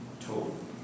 told